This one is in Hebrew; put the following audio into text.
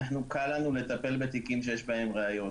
קל לנו לטפל בתיקים שיש בהם ראיות.